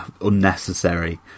unnecessary